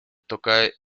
toca